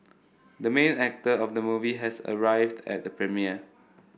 the main actor of the movie has arrived at the premiere